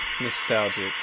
nostalgic